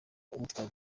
utwara